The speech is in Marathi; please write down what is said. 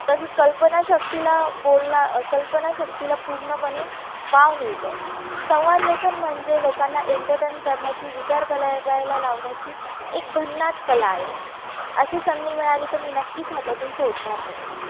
तसंच कल्पनाशक्तीला बोलला कल्पनाशक्तीला पूर्णपणे वाव मिळतो संवादलेखन म्हणजे लोकांना एंटरटेन करण्याची विचार करायला लावण्याची एक भन्नाट कला आहे अशी संधी मिळाली तर मी नक्कीच हातातून सोडणार नाही